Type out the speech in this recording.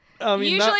Usually